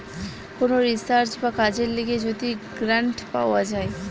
কোন রিসার্চ বা কাজের লিগে যদি গ্রান্ট পাওয়া যায়